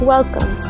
Welcome